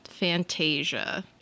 Fantasia